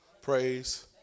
Praise